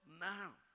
now